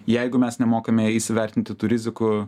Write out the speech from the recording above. jeigu mes nemokame įsivertinti tų rizikų